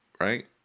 Right